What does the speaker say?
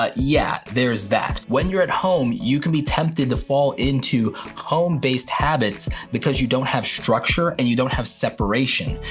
ah yeah, there's that. when you're at home, you can be tempted to fall into home-based habits because you don't have structure and you don't have separation.